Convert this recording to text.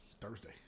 Thursday